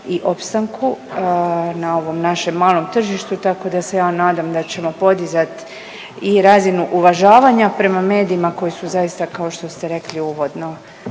i opstanku na ovom našem malom tržištu. Tako da se ja nadam da ćemo podizati i razinu uvažavanja prema medijima koji su zaista kao što ste rekli uvodno